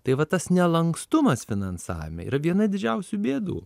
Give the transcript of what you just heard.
tai va tas nelankstumas finansavime yra viena didžiausių bėdų